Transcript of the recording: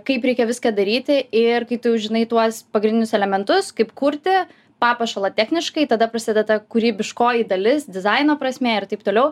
kaip reikia viską daryti ir kai tu žinai tuos pagrindinius elementus kaip kurti papuošalą techniškai tada prasideda ta kūrybiškoji dalis dizaino prasmė ir taip toliau